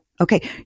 Okay